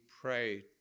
pray